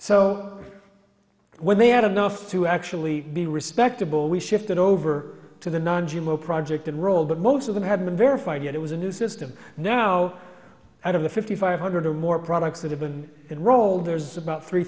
so when they had enough to actually be respectable we shifted over to the non g m o project and roll but most of them had been verified yet it was a new system now out of the fifty five hundred or more products that have been rolled there's about three